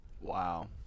Wow